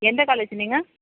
எந்த காலேஜ் நீங்கள்